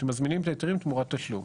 שמזמינים את ההיתרים תמורת תשלום.